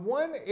one